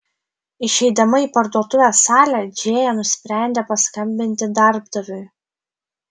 išeidama į parduotuvės salę džėja nusprendė paskambinti darbdaviui